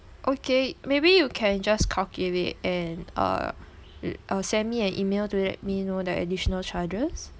okay maybe you can just calculate and uh send me an email to let me know the additional charges